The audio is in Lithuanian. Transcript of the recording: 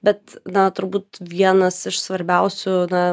bet na turbūt vienas iš svarbiausių na